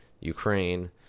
Ukraine